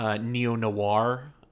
neo-noir